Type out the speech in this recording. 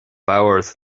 bord